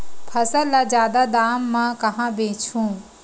फसल ल जादा दाम म कहां बेचहु?